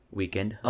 weekend